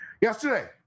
Yesterday